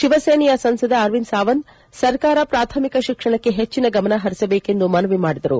ಶಿವಸೇನೆಯ ಸಂಸದ ಅರವಿಂದ್ ಸಾವಂತ್ ಸರ್ಕಾರ ಪ್ರಾಥಮಿಕ ಶಿಕ್ಷಣಕ್ಕೆ ಹೆಚ್ಚಿನ ಗಮನ ಪರಿಸಬೇಕು ಎಂದು ಮನವಿ ಮಾಡಿದರು